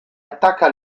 attacca